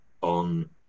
on